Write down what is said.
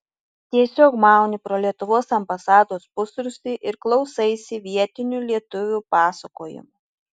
tiesiog mauni pro lietuvos ambasados pusrūsį ir klausaisi vietinių lietuvių pasakojimų